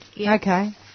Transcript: Okay